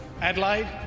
Adelaide